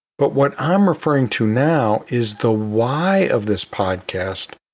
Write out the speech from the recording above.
but what i'm referring to now is the why of this podcast,